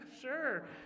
sure